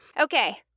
Okay